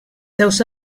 seus